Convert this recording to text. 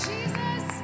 Jesus